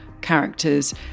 characters